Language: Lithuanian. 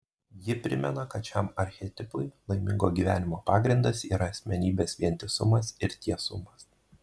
ji primena kad šiam archetipui laimingo gyvenimo pagrindas yra asmenybės vientisumas ir tiesumas